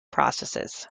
process